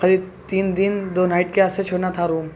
قریب تین دن دو نائٹ کے واسطے ہونا تھا روم